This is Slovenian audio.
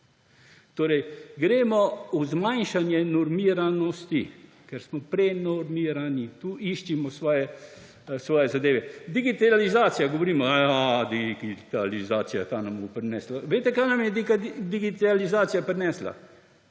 Gremo torej v zmanjšanje normiranosti, ker smo prenormirani, tu iščimo svoje zadeve. Digitalizacija. Govorimo »Jaaaa, digitalizacija, ta nam bo prinesla.« Veste, kaj nam je digitalizacija prinesla?